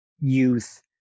youth